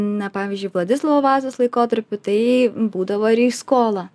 na pavyzdžiui vladislovo vazos laikotarpiu tai būdavo ir į skolą